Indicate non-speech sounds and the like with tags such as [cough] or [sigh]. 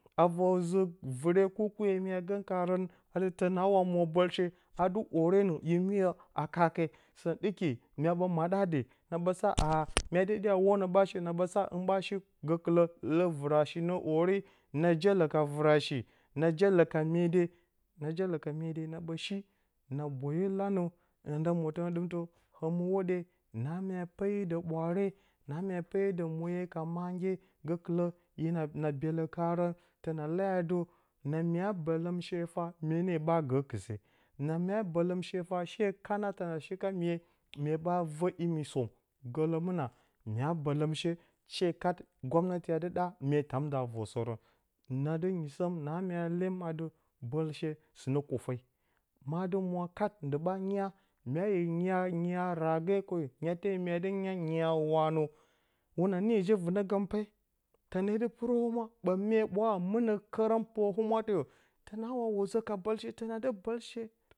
A vər zɨ vɨre kurkuye mya gəm karən a dte təna wa mo bəishe a dɨ arenə hɨn me a kake sɨngɨn ɗiki mya ɓədiyə [noise] a dɨ wunə ɓa shi? Na ɓə saa hɨn ɓa shi gəkələ lə vɨra shi nə ori na jələ ka vɨra shi na jələ ka mye de na jələ ka mye de na ɓə shi na bwe la na nan nda motə nə ɗɨm tə həmɨ hwoɗe na mya peyi də ɓwaare na mya peyi də murye ka made gəkələ ye na na belə karə təna leyə a dɨ na mya bələm she fag mye na ɓa gə kɨse na mya bələmshi fah she kana təna shi ka miye mye ɓa və imi som gələ mɨ na? Mya bələmshe she kat gwamnati a dɨ ɗa mye tam də a vər sərən na dɨ nyi səm na mya leyəm a dɨ bəlshe sɨ nə kufe ma dɨ mo kat dɨ ɓa nya mya yə nya-nya rage koyə nyate mya dɨ nya nya wanə hwana nii ji-vinəgəm pe tənə di pɨrə humwa ɓə mye ɓwaa mɨnə kərəm pɨ rə humwə yə? Təna wa wozə ka bəlshe təna dɨ bəlshe.